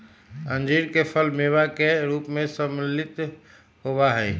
अंजीर के फल मेवा के रूप में सम्मिलित होबा हई